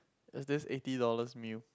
that's eighty dollars meal